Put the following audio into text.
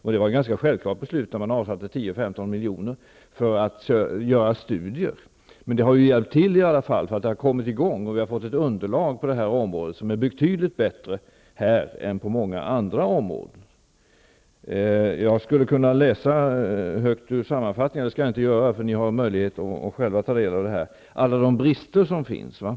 Och det var ett ganska självklart beslut när den regeringen avsatte 10--15 milj.kr. för att göra studier. Men det har i alla fall hjälpt till, eftersom detta har kommit i gång, och vi har fått ett underlag på detta område som är betydligt bättre än på många andra områden. Jag skulle kunna läsa högt ur sammanfattningen -- men det skall jag inte göra, eftersom ni har möjlighet att själva ta del av detta -- alla de brister som finns.